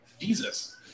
jesus